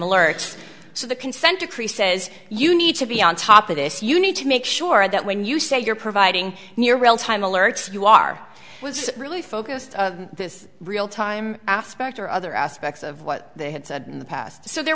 alerts so the consent decree says you need to be on top of this you need to make sure that when you say you're providing near real time alerts you are was really focused on this real time aspect or other aspects of what they had said in the past so there